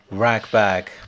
Ragbag